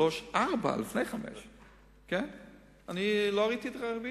3 ו-4 לפני 5. לא ראיתי עדיין את הרביעית.